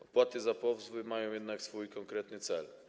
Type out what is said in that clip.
Opłaty za pozwy mają jednak swój konkretny cel.